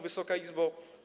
Wysoka Izbo!